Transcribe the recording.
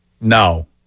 No